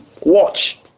Watch